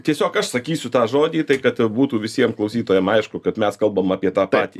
tiesiog aš sakysiu tą žodį tai kad e būtų visiem klausytojam aišku kad mes kalbam apie tą patį